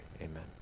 Amen